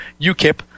UKIP